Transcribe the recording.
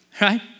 right